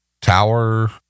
tower